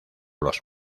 los